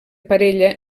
parella